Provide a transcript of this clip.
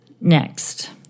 Next